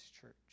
church